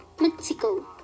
Mexico